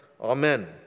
Amen